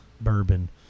bourbon